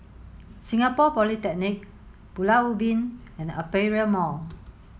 Singapore Polytechnic Pulau Ubin and Aperia Mall